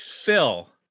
Phil